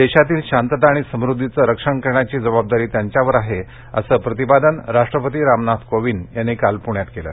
देशातील शांतता आणि समृद्धीचं रक्षण करण्याची जबाबदारी त्यांच्यावर आहे असं प्रतिपादन राष्ट्रपती रामनाथ कोबिंद यांनी काल पुण्यात केलं